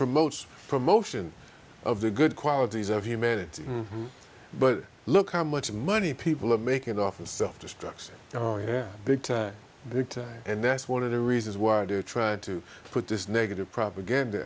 promotes promotion of the good qualities of humanity but look how much money people are making off and self destruction big big time and that's one of the reasons why i do try to put this negative propaganda